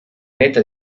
netta